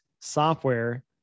software